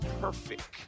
perfect